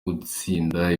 gutsinda